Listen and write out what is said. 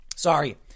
Sorry